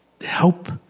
help